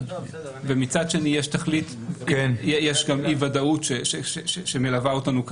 מצד שני יש גם אי ודאות שמלווה אותנו,